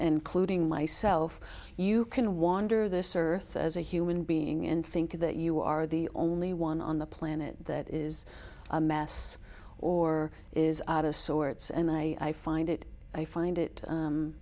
including myself you can wander this earth as a human being in thinking that you are the only one on the planet that is a mass or is out of sorts and i find it i find it